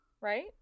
Right